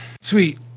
sweet